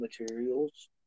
materials